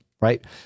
right